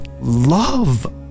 love